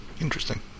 Interesting